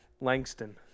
Langston